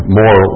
more